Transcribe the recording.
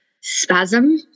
spasm